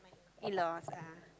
in law's ah